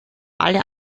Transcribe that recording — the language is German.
alle